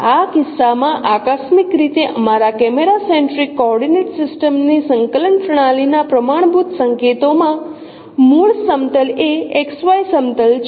આ કિસ્સામાં આકસ્મિક રીતે અમારા કેમેરા સેન્ટ્રિક કોઓર્ડિનેટ સિસ્ટમ ની સંકલન પ્રણાલીના પ્રમાણભૂત સંકેતોમાં મુખ્ય સમતલ એ XY સમતલ છે